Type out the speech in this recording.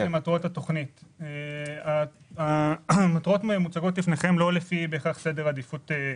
מטרות התוכנית מוצגות לפניכם, לא לפי סדר עדיפות.